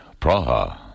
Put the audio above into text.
Praha